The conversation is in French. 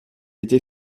été